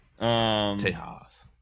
Tejas